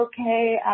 okay